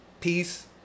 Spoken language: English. peace